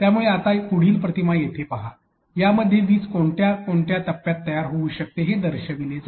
त्यामुळे आता पुढील प्रतिमा येथे पहा ज्यामध्ये वीज कोणत्या कोणत्या टप्प्यात तयार होऊ शकते हे दर्शविते आहे